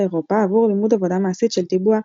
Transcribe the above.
אירופה עבור לימוד עבודה מעשית של טיבוע,